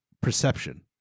perception